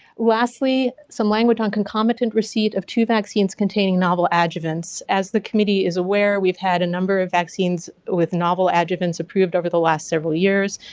lastly, some language on concomitant receipt of two vaccines containing novel adjuvants. as the committee is aware, we've had a number of vaccines with novel adjuvants approved over the last several years.